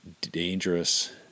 dangerous